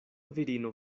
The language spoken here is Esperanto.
virino